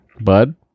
Bud